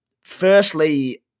firstly